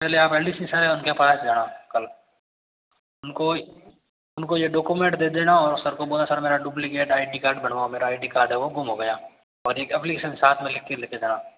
पहले आप L D C sir है उनके पास जाना कल उनको उनको ये डॉक्यूमेंट दे देना और सर को बोलना सर मेरा डुब्लीकेट आई डी कार्ड बनवाओ मेरा आई डी कार्ड है वो गुम हो गया और एक अप्लीकेशन साथ में लिखके ले के जाना